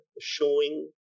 showing